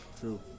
true